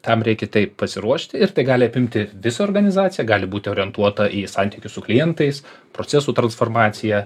tam reikia taip pasiruošti ir tai gali apimti visą organizaciją gali būti orientuota į santykius su klientais procesų transformaciją